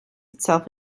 itself